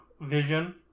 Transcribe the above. vision